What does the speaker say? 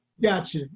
Gotcha